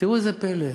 תראו איזה פלא,